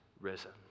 risen